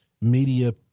media